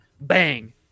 bang